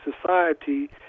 society